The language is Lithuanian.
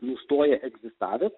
nustoja egzistavęs